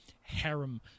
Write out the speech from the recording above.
harem